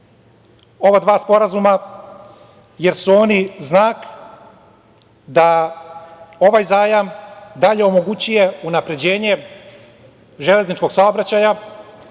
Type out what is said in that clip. ova dva sporazuma jer su oni znak da ovaj zajam dalje omogućuje unapređenje železničkog saobraćaja,